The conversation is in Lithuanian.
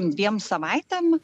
dviem savaitėm